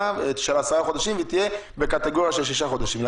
העשרה חודשים והיא תהיה בקטגוריה של שישה חודשים?